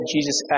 Jesus